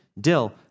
dill